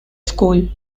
school